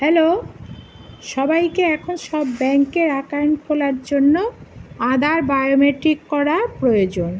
hello সবাইকে এখন সব ব্যাঙ্কের অ্যাকাউন্ট খোলার জন্য আধার বায়োমেট্রিক করা প্রয়োজন